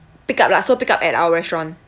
pick up lah so pick up at our restaurant